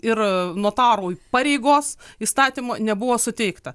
ir notarui pareigos įstatymo nebuvo suteikta